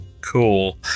Cool